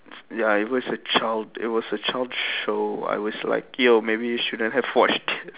s~ ya it was a child it was a child show I was like yo maybe we shouldn't have watched this